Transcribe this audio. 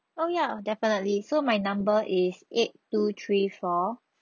oh ya definitely so my number is eight two three four